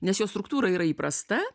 nes jo struktūra yra įprasta